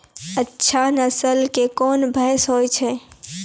अच्छा नस्ल के कोन भैंस होय छै?